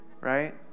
right